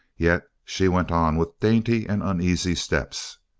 yet she went on with dainty and uneasy steps.